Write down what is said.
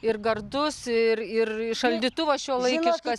ir gardus ir ir šaldytuvas šiuolaikiškas